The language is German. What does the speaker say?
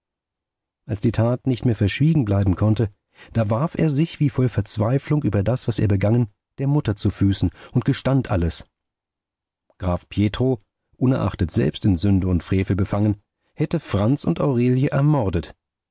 als die tat nicht mehr verschwiegen bleiben konnte da warf er sich wie voll verzweiflung über das was er begangen der mutter zu füßen und gestand alles graf pietro unerachtet selbst in sünde und frevel befangen hätte franz und aurelie ermordet